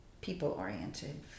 people-oriented